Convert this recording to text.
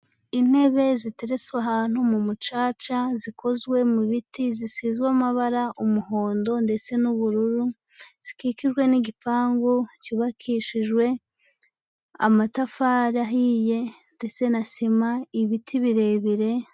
Intebe zitereswa ahantu mu mucaca, zikozwe mu biti, zisize amabara, umuhondo, ndetse n'ubururu, zikikijwe n'igipangu cyubakishijwe amatafari ahiye, ndetse na sima, ibiti birebire.